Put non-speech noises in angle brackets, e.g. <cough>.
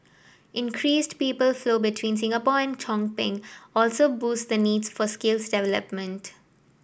increased people flow between Singapore and <unintelligible> also boost the needs for skills development